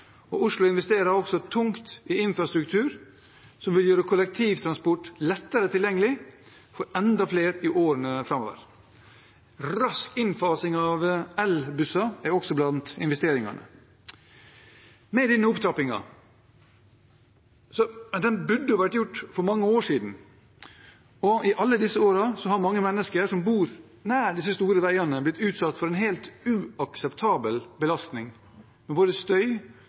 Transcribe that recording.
og Oslo investerer også tungt i infrastruktur som vil gjøre kollektivtransport lettere tilgjengelig for enda flere i årene framover. Rask innfasing av elbusser er også blant investeringene. Denne opptrappingen burde vært gjort for mange år siden, og i alle disse årene har mange mennesker som bor nær disse store veiene, blitt utsatt for en helt uakseptabel belastning av både støy-